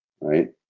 Right